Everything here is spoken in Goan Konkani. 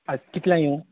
आज कितल्यांक येव